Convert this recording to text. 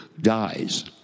dies